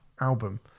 album